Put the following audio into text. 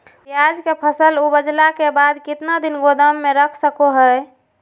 प्याज के फसल उपजला के बाद कितना दिन गोदाम में रख सको हय?